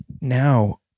now